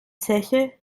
zeche